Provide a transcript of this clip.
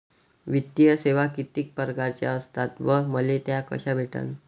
वित्तीय सेवा कितीक परकारच्या असतात व मले त्या कशा भेटन?